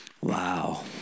Wow